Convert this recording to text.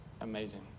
amazing